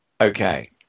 Okay